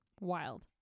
Wild